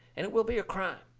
and it will be a crime.